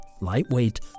lightweight